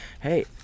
Hey